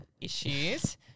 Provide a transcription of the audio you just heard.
issues